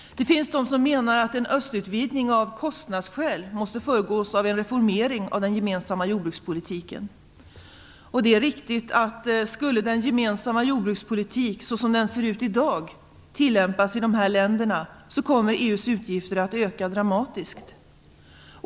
Det finns de som menar att en östutvidgning av kostnadsskäl måste föregås av en reformering av den gemensamma jordbrukspolitiken. Det är riktigt att om den gemensamma jordbrukspolitiken, som den ser ut i dag, tillämpas i dessa länder kommer EU:s utgifter att öka dramatiskt.